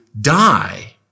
die